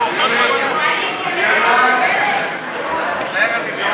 לשנת התקציב 2016, כהצעת הוועדה, נתקבל.